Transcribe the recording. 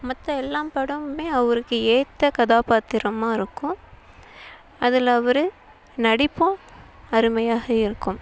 மற்ற எல்லா படமுமே அவருக்கு ஏற்ற கதாபாத்திரமாக இருக்கும் அதில் அவர் நடிப்பும் அருமையாக இருக்கும்